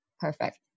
perfect